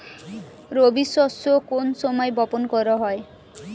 রবি শস্য কোন সময় বপন করা হয়?